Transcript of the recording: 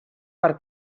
per